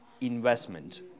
investment